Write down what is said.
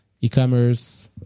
e-commerce